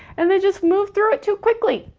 and they just move through it too quickly.